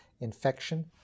infection